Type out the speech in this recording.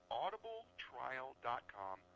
audibletrial.com